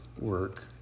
work